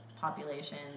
population